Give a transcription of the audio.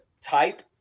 type